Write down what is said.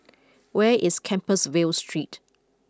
where is Compassvale Street